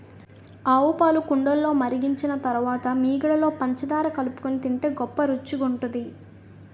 ఆవుపాలు కుండలో మరిగించిన తరువాత మీగడలో పంచదార కలుపుకొని తింటే గొప్ప రుచిగుంటది